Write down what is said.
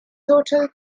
total